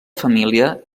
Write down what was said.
família